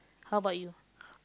how about you